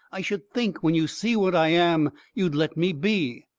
i should think, when you see what i am, you'd let me be.